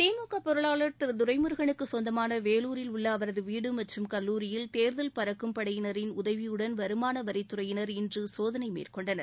திமுக பொருளாளர் திரு துரைமுருகனுக்கு சொந்தமான வேலூரில் உள்ள அவரது வீடு மற்றும் கல்லூரியில் தேர்தல் பறக்கும் படையினரின் உதவியுடன் வருமான வரித்துறையினர் இன்று சோதனை மேற்கொண்டனர்